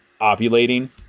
ovulating